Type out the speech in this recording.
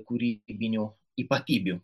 kūrybinių ypatybių